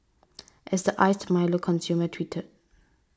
as the Iced Milo consumer tweeted